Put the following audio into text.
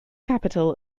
capital